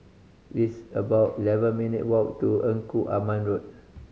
it's about eleven minute walk to Engku Aman Road